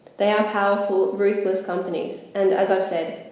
they are powerful, ruthless companies and, as i've said,